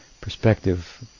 perspective